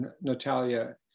Natalia